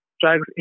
drugs